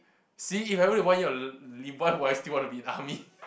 see if I only have one year to live why would I still be in the army